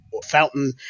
fountain